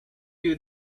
you